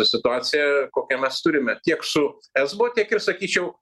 situaciją kokią mes turime tiek su esbo tiek ir sakyčiau